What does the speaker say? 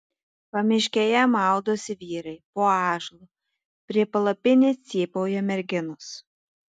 pamiškėje maudosi vyrai po ąžuolu prie palapinės cypauja merginos